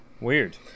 Weird